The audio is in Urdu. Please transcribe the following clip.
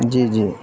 جی جی